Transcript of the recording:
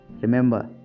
Remember